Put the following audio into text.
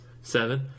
seven